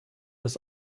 des